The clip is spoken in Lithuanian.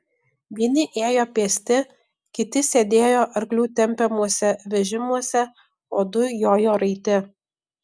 vieni ėjo pėsti kiti sėdėjo arklių tempiamuose vežimuose o du jojo raiti